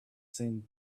send